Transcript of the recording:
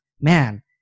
man